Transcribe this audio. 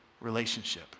relationship